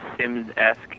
Sims-esque